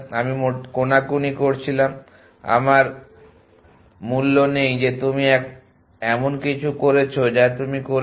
আমি কোনাকুনি করছিলাম আমার মূল্য নেই যে তুমি এমন কিছু করেছো যা তুমি করেছো